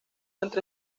entre